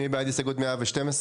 מי בעד הסתייגות 112?